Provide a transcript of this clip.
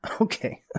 Okay